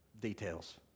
details